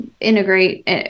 integrate